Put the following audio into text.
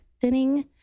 thinning